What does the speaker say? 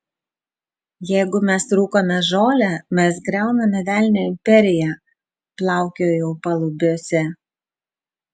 jeigu mes rūkome žolę mes griauname velnio imperiją plaukiojau palubiuose